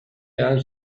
edan